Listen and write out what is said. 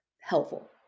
helpful